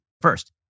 First